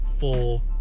Four